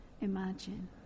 imagine